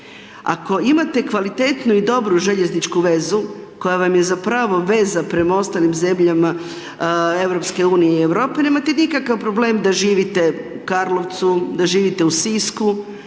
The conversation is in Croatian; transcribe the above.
Ako imate kvalitetnu i dobru željezničku vezu koja vam je zapravo veza prema ostalim zemljama EU i Europe nemate nikakav problem da živite u Karlovcu, da živite u Sisku